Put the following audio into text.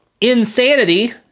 insanity